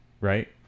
right